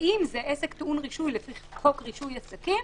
ואם זה עסק טעון רישוי לפי חוק רישוי עסקים,